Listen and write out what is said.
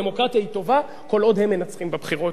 דמוקרטיה היא טובה כל עוד הם מנצחים בבחירות.